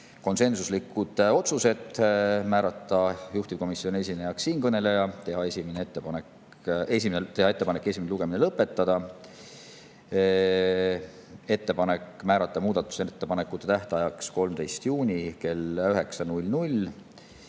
konsensuslikud otsused määrata juhtivkomisjoni esindajaks siinkõneleja, teha ettepanek esimene lugemine lõpetada, ettepanek määrata muudatusettepanekute tähtajaks 13. juuni kell 9